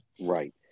right